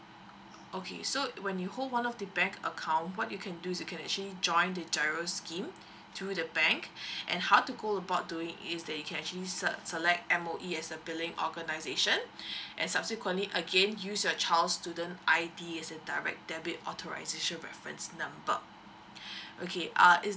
okay so when you hold one of the bank account what you can do is you can actually join the giro scheme to the bank and how to go about doing is that you can actually se~ select M_O_E as the billing organisation and subsequently again use your child's student I D as the direct debit authorisation reference number okay uh is